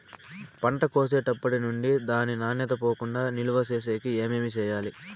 పంట కోసేటప్పటినుండి దాని నాణ్యత పోకుండా నిలువ సేసేకి ఏమేమి చేయాలి?